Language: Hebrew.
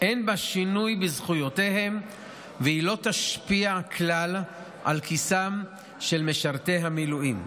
אין בה שינוי בזכויותיהם והיא לא תשפיע כלל על כיסם של משרתי המילואים.